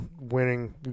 winning